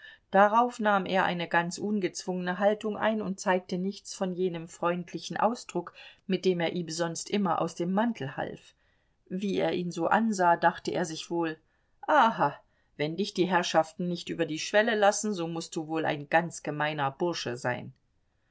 darauf nahm er eine ganz ungezwungene haltung ein und zeigte nichts von jenem freundlichen ausdruck mit dem er ihm sonst immer aus dem mantel half wie er ihn so ansah dachte er sich wohl aha wenn dich die herrschaften nicht über die schwelle lassen so mußt du wohl ein ganz gemeiner bursche sein